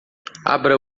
abra